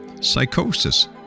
psychosis